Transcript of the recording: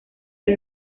del